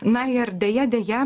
na ir deja deja